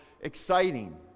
exciting